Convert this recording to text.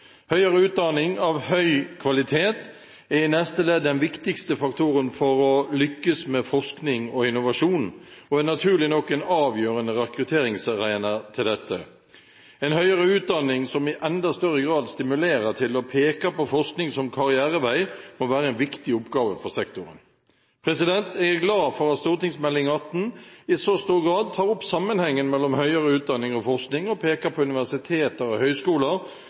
Høyere utdanning av høy kvalitet er i neste ledd den viktigste faktoren for å lykkes med forskning og innovasjon og er naturlig nok en avgjørende rekrutteringsarena til dette. En høyere utdanning som i enda større grad stimulerer til og peker på forskning som karrierevei, må være en viktig oppgave for sektoren. Jeg er glad for at Meld. St. 18 for 2012–2013 i så stor grad tar opp sammenhengen mellom høyere utdanning og forskning og peker på universiteter og høyskoler